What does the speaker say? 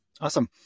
Awesome